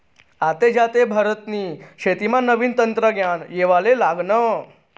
आते आते भारतनी शेतीमा नवीन तंत्रज्ञान येवाले लागनं